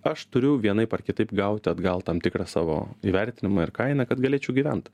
aš turiu vienaip ar kitaip gauti atgal tam tikrą savo įvertinimą ir kainą kad galėčiau gyvent